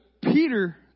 Peter